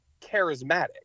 charismatic